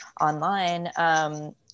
online